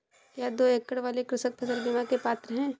क्या दो एकड़ वाले कृषक फसल बीमा के पात्र हैं?